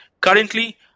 Currently